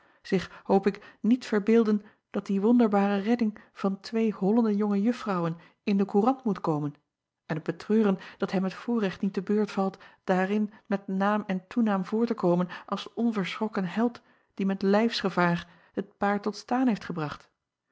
zich hoop ik niet verbeelden dat die wonderbare redding van twee hollende jonge uffrouwen in acob van ennep laasje evenster delen de courant moet komen en het betreuren dat hem het voorrecht niet te beurt valt daarin met naam en toenaam voor te komen als de onverschrokken held die met lijfsgevaar het paard tot staan heeft gebracht